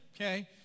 okay